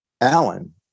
Alan